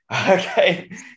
Okay